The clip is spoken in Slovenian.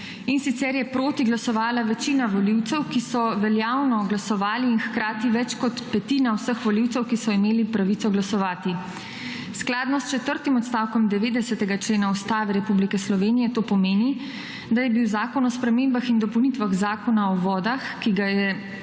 in sicer je proti glasovala večina volivcev, ki so veljavno glasovali in hkrati več kot petina vseh volivcev, ki so imeli pravico glasovati. Skladno s 4. odstavkom 90. člena Ustave Republike Slovenije to pomeni, da je bil Zakon o spremembah in dopolnitvah Zakona o vodah, ki ga je